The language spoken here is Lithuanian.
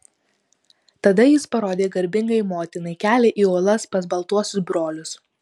tada jis parodė garbingajai motinai kelią į uolas pas baltuosius brolius